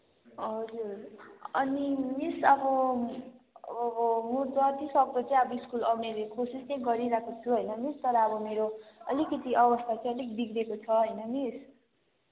हजुर अनि मिस अब अब म जतिसक्दो चाहिँ अब स्कुल आउने कोसिस चाहिँ गरिरहेको छु होइन मिस तर अब मेरो अलिकति अवस्था चाहिँ अलिक बिग्रेको छ होइन मिस